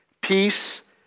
peace